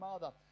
mother